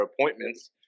appointments